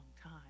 time